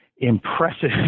impressive